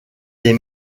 des